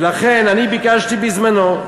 ולכן, אני ביקשתי בזמני,